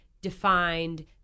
defined